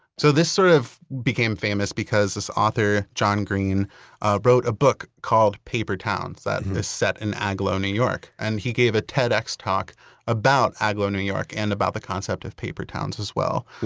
so this sort of became famous because this author john green wrote a book called paper towns, that and is set in agloe, new york. and he gave a ted x talk about agloe, new york, and about the concept of paper towns as well.